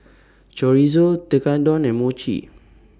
Chorizo Tekkadon and Mochi